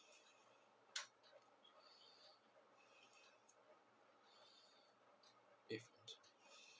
if